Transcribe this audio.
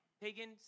pagan